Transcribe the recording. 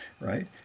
right